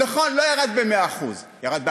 נכון, זה לא ירד ב-100%; זה ירד ב-4%,